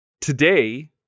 today